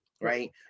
Right